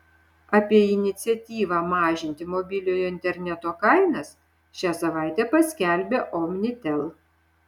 apie iniciatyvą mažinti mobiliojo interneto kainas šią savaitę paskelbė omnitel